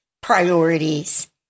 priorities